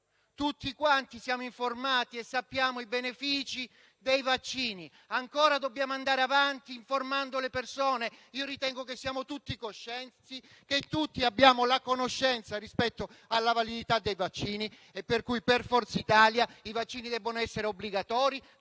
tutti quanti siamo informati e conosciamo i benefici dei vaccini. Dobbiamo ancora informare le persone? Io ritengo che siamo tutti coscienti, che tutti abbiamo la conoscenza rispetto alla validità dei vaccini, quindi per Forza Italia i vaccini devono essere obbligatori